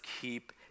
keep